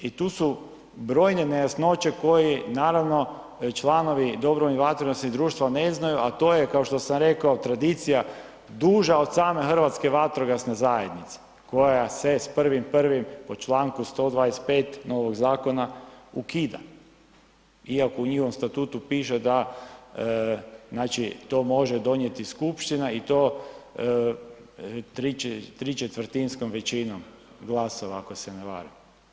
I tu su brojne nejasnoće koje naravno članovi dobrovoljnih vatrogasnih društva ne znaju a to je kao što sam rekao tradicija duža od same Hrvatske vatrogasne zajednice koja se s 1.1. po članku 125. novog zakona ukida iako u njihovom statutu piše da, znači to može donijeti skupština i to ¾-tinskom većinom glasova ako se ne varam.